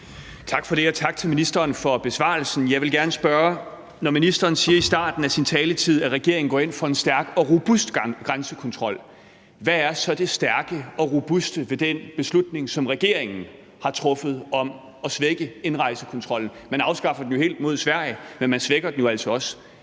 Tak for det, og tak til ministeren for besvarelsen. Jeg vil gerne spørge: Når ministeren i starten af sin taletid siger, at regeringen går ind for en stærk og robust grænsekontrol, hvad er så det stærke og robuste ved den beslutning, som regeringen har truffet om at svække indrejsekontrollen? Man afskaffer den jo nu helt mod Sverige, men man svækker den jo altså også